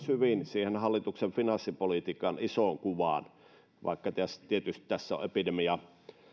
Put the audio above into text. hyvin siihen hallituksen finanssipolitiikan isoon kuvaan vaikka tietysti tässä on epidemia